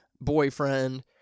boyfriend